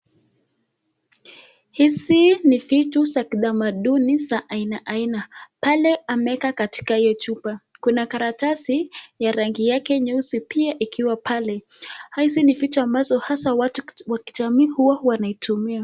Hizi ni vitu vya kidamaduni ya aina aina, pale wameweka katika hiyo chupa kuna karatasi ya rangi yake nyeusi pia ikiwa pale hizi ni vitu haswa watu wa kijamii huwa wanaitumia.